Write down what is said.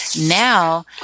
now